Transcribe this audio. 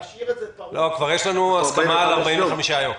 להשאיר את זה פרוץ --- כבר יש לנו הסכמה על 45 יום.